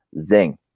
zing